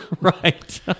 Right